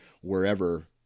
wherever